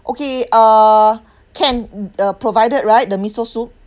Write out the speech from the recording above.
okay uh can uh provided right the miso soup